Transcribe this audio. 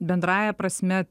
bendra bendrąja prasme